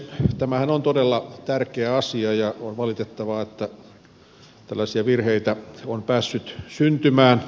tämähän on todella tärkeä asia ja on valitettavaa että tällaisia virheitä on päässyt syntymään